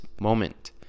moment